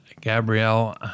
Gabrielle